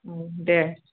औ दे